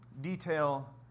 detail